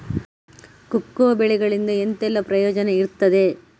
Cocoa ಬೆಳೆಗಳಿಂದ ಎಂತೆಲ್ಲ ಪ್ರಯೋಜನ ಇರ್ತದೆ?